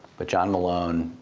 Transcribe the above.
but john malone,